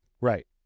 Right